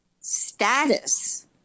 status